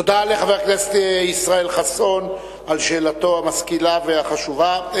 תודה לחבר הכנסת ישראל חסון על שאלתו המשכילה והחשובה.